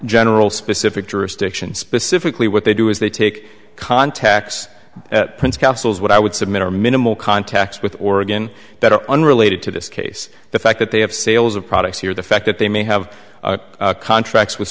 general specific jurisdiction specifically what they do is they take contacts at prince councils what i would submit are minimal contacts with oregon that are unrelated to this case the fact that they have sales of products here the fact that they may have contracts with